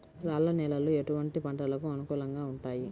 రాళ్ల నేలలు ఎటువంటి పంటలకు అనుకూలంగా ఉంటాయి?